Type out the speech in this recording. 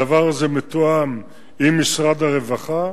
הדבר הזה מתואם עם משרד הרווחה.